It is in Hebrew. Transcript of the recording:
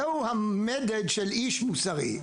זהו המדד של איש מוסרי.